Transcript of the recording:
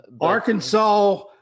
arkansas